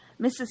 Mrs